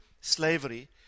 slavery